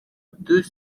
deux